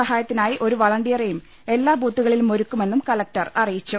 സഹായത്തിനായി ഒരു വളണ്ടിയറേയും എല്ലാ ബൂത്തിലും ഒരുക്കുമെന്നും കലക്ടർ അറിയിച്ചു